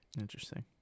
Interesting